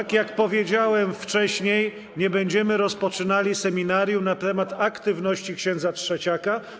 Tak jak powiedziałem wcześniej, nie będziemy rozpoczynali seminarium na temat aktywności ks. Trzeciaka.